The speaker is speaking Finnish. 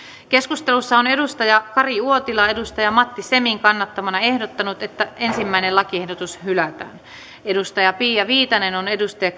keskustelussa on kari uotila matti semin kannattamana ehdottanut että ensimmäinen lakiehdotus hylätään pia viitanen on